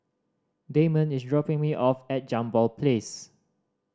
Damond is dropping me off at Jambol Place